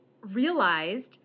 realized